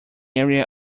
area